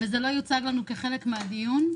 וזה לא יוצג לנו כחלק מן הדיון,